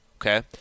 Okay